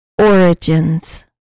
Origins